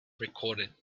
recorded